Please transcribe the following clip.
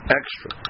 extra